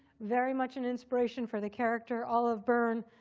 very much an inspiration for the character. olive byrne,